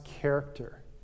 character